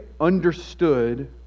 understood